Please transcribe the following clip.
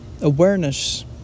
awareness